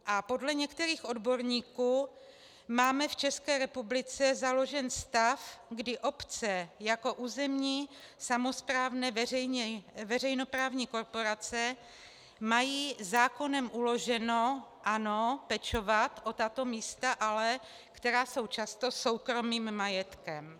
A podle některých odborníků máme v České republice založen stav, kdy obce jako územní samosprávné veřejnoprávní korporace mají zákonem uloženo, ano, pečovat o tato místa, která jsou ale často soukromým majetkem.